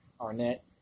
Arnett